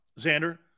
Xander